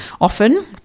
often